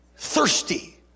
Thirsty